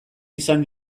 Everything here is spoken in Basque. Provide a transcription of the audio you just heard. izan